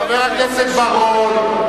חבר הכנסת בר-און,